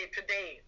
today